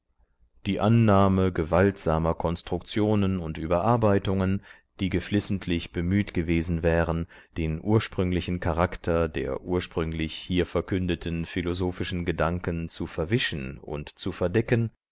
die annahme gewaltsamer konstruktionen und überarbeitungen die geflissentlich bemüht gewesen wären den ursprünglichen charakter der ursprünglich hier verkündeten philosophischen gedanken zu verwischen und zu verdecken